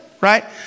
right